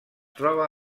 troba